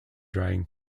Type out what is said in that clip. drying